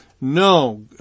no